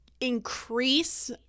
increase